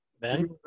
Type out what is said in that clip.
Ben